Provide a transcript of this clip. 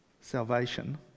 salvation